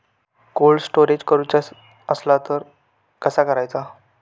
Cold storage करूचा असला तर कसा करायचा?